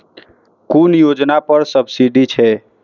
कुन योजना पर सब्सिडी छै?